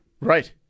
Right